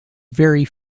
very